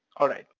alright.